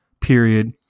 period